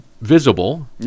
visible